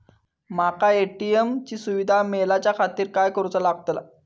माका ए.टी.एम ची सुविधा मेलाच्याखातिर काय करूचा लागतला?